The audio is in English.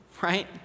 right